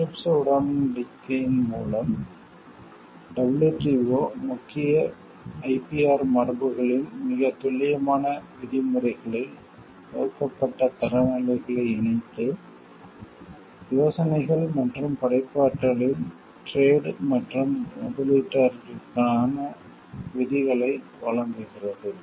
TRIPS உடன்படிக்கையின் மூலம் WTO முக்கிய IPR மரபுகளின் சில துல்லியமான விதிமுறைகளில் வகுக்கப்பட்ட தரநிலைகளை இணைத்து யோசனைகள் மற்றும் படைப்பாற்றலில் டிரேட் வர்த்தகம் மற்றும் முதலீட்டிற்கான விதிகளை வழங்குகிறது